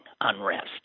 unrest